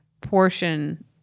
portion